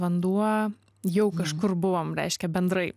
vanduo jau kažkur buvom reiškia bendrai